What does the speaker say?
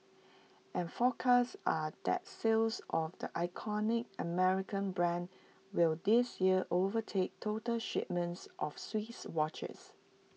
and forecasts are that sales of the iconic American brand will this year overtake total shipments of Swiss watches